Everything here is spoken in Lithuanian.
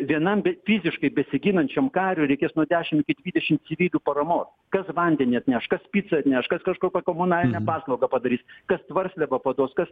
vienam be fiziškai besiginančiam kariui reikės nuo dešim iki dvidešim civilių paramos kas vandenį atneš kas picą atneš kad kažkokią komunalinę paslaugą padarys kad tvarsliavą paduos kas